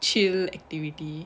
chill activity